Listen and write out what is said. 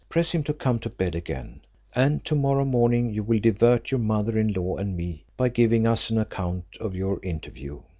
press him to come to bed again and to morrow morning you will divert your mother-in-law and me, by giving us an account of your interview.